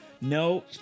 No